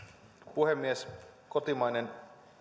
puhemies kotimainen